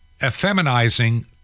effeminizing